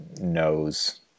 knows